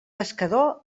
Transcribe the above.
pescador